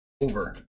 over